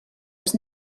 was